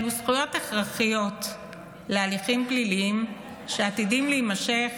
אלו זכויות הכרחיות להליכים פליליים שעתידים להימשך